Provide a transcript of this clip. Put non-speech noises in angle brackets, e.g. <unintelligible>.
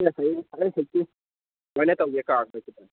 <unintelligible> ꯁꯨꯃꯥꯏꯅ ꯇꯧꯁꯦ <unintelligible>